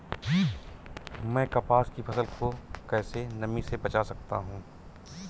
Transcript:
मैं कपास की फसल को कैसे नमी से बचा सकता हूँ?